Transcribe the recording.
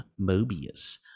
Mobius